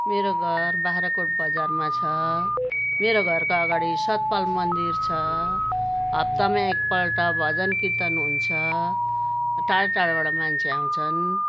मेरो घर बाग्राकोट बजारमा छ मेरो घरको अगाडि सतपाल मन्दिर छ हप्तामा एक पल्ट भजन कीर्तन हुन्छ टाढो टाढोबाट मान्छे आउँछन्